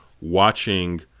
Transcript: watching